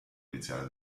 iniziale